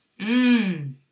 Mmm